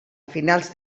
finals